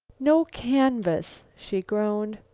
no canvas, she groaned.